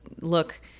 look